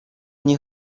nie